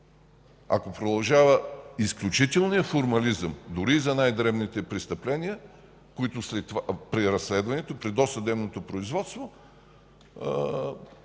Ако продължава изключителният формализъм дори и за най-дребните престъпления, които при разследването, при досъдебното производство